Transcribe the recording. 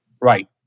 right